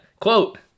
quote